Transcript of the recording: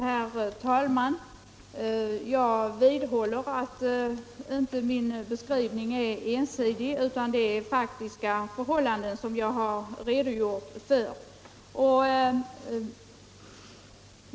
Herr talman! Jag vidhåller att min beskrivning inte är ensidig, utan det är faktiska förhållanden som jag har redogjort för.